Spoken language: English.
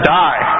die